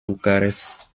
bukarest